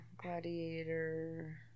Gladiator